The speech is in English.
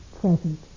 present